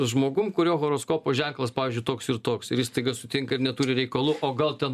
žmogum kurio horoskopo ženklas pavyzdžiui toks ir toks ir jis staiga sutinka ir neturi reikalų o gal ten